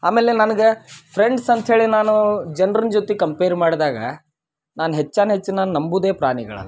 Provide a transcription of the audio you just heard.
ಆಮೇಲೆ ನನಗೆ ಫ್ರೆಂಡ್ಸ್ ಅಂಥೇಳಿ ನಾನು ಜನ್ರ ಜೊತೆ ಕಂಪೇರ್ ಮಾಡಿದಾಗ ನಾನು ಹೆಚ್ಚಾನ್ ಹೆಚ್ಚು ನಾನು ನಂಬೋದೆ ಪ್ರಾಣಿಗಳನ್ನ